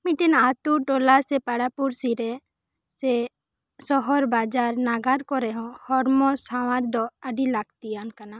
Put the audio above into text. ᱢᱤᱫ ᱴᱮᱱ ᱟᱛᱳ ᱴᱚᱞᱟ ᱥᱮ ᱯᱟᱲᱟ ᱯᱩᱲᱥᱤ ᱨᱮ ᱥᱮ ᱥᱚᱦᱚᱨ ᱵᱟᱡᱟᱨ ᱱᱟᱜᱟᱨ ᱠᱚᱨᱮ ᱦᱚᱸ ᱦᱚᱲᱢᱚ ᱥᱟᱶᱟᱨ ᱫᱚ ᱟᱹᱰᱤ ᱞᱟᱹᱠᱛᱤᱭᱟᱱ ᱠᱟᱱᱟ